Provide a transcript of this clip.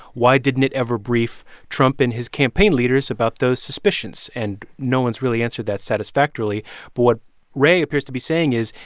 why didn't it ever brief trump and his campaign leaders about those suspicions? and no one's really answered that satisfactorily but what wray appears to be saying is,